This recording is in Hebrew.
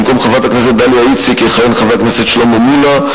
במקום חברת הכנסת דליה איציק יכהן חבר הכנסת שלמה מולה,